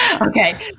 Okay